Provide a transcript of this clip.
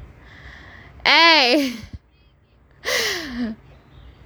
eh